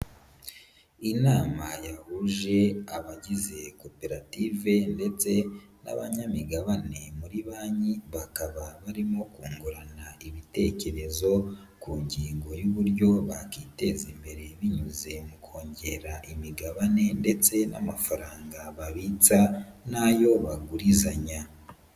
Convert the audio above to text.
Inama yahuje abagize koperative ndetse n'abanyamigabane muri banki, bakaba barimo kungurana ibitekerezo ku ngingo y'uburyo bakiteza imbere, binyuze mu kongera imigabane ndetse n'amafaranga babitsa na yo bagurizanya.